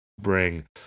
bring